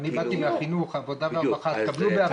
אני באתי מהחינוך, עבודה והרווחה, אז קבלו בהבנה.